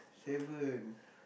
seven